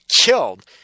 killed